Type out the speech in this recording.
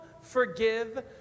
forgive